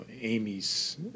Amy's